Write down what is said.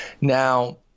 now